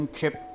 Chip